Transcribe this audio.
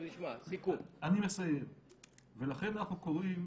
ולכן אנחנו קוראים,